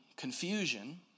confusion